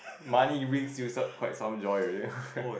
money you mean used up quite some joy already ya